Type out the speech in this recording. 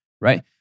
right